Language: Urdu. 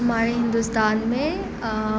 ہمارے ہندوستان میں